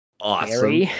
awesome